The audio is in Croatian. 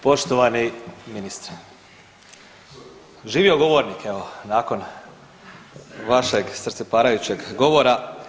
Poštovani ministre, živio govornik evo nakon vašeg srce parajućeg govora.